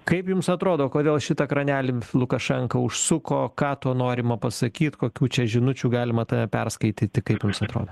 kaip jums atrodo kodėl šitą kranelį lukašenka užsuko ką tuo norima pasakyt kokių čia žinučių galima tame perskaityti kaip jums atrodo